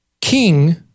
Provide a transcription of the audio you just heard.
king